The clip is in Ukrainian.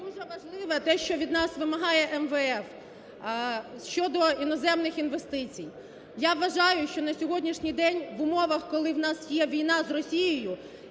дуже важливе те, що від нас вимагає МВФ: щодо іноземних інвестицій. Я вважаю, що на сьогоднішній день в умовах, коли в нас є війна з Росією